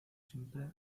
siempre